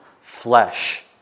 flesh